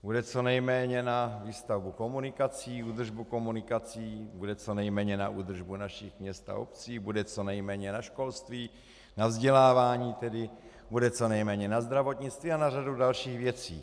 Bude co nejméně na výstavbu komunikací, údržbu komunikací, bude co nejméně na údržbu našich měst a obcí, bude co nejméně na školství, na vzdělávání, bude co nejméně na zdravotnictví a na řadu dalších věcí.